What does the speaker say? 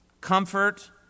Comfort